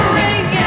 ring